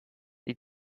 sie